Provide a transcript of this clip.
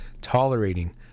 tolerating